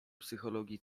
psychologii